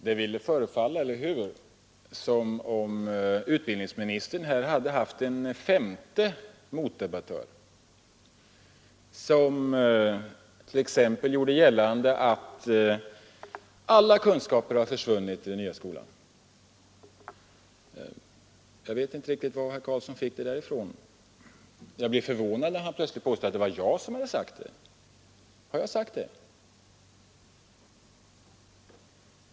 Fru talman! Det ville förefalla — eller hur? — som om utbildningsministern här hade haft en femte motdebattör, som t.ex. gjorde gällande att alla kunskaper har försvunnit i den nya skolan. Jag vet inte riktigt vad herr Carlsson fick det ifrån. Jag blev förvånad när han plötsligt påstod att det var jag som hade sagt det. Har jag sagt det?